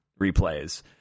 replays